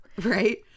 Right